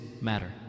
matter